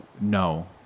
No